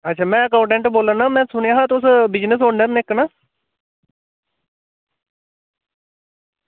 अच्छा में अकाउटेंट बोला ना में सुनेआ कि तुस बिजनेस ओनर ना इक न